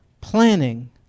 Planning